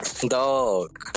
Dog